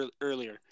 earlier